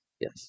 Yes